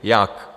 Jak?